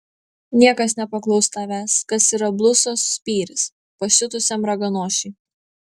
niekas nepaklaus tavęs kas yra blusos spyris pasiutusiam raganosiui